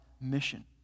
mission